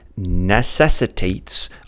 necessitates